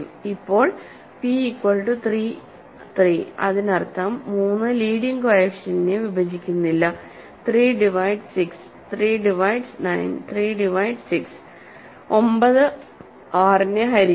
ഇപ്പോൾ p equal to 3 അതിനർത്ഥം 3 leading കോഎഫിഷ്യന്റ്നെ വിഭജിക്കുന്നില്ല 3 ഡിവൈഡ്സ് 6 3ഡിവൈഡ്സ് 9 3ഡിവൈഡ്സ് 6 9 6 നെ ഹരിക്കില്ല